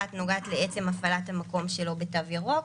אחת נוגעת לעצם הפעלת המקום שלא בתו ירוק,